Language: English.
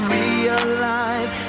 realize